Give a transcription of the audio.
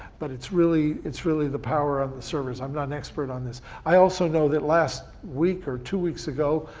but it's really it's really the power on the servers. i'm not an expert on this. i also know that last week or two weeks ago,